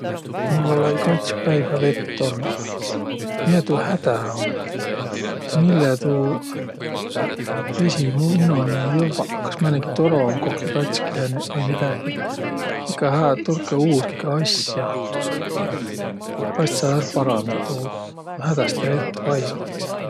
Mul olõ-õi kats päivä vett olnuq. Miä tuu hädä um? Mille tuu vesi mu- minoni ei jovva? Kas määnegi toro um kohki katski lännüq vai midägi. Olkõq hää, tulkõq uurkõq asja. Vaest saa ärq parandaq tuu. Mul um hädäste vett vaia.